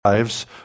lives